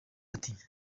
ati